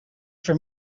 for